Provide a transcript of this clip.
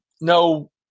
no